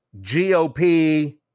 GOP